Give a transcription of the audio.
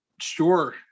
sure